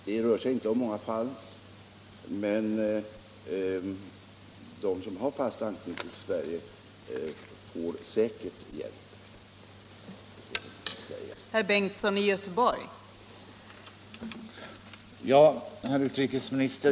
Det rör sig inte om många fall, men de som har haft anknytning till Sverige får säkerligen hjälp.